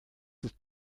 ist